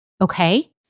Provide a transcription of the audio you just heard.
Okay